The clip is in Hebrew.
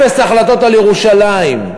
אפס החלטות על ירושלים.